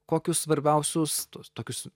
kokius svarbiausius tuos tokius